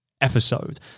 episode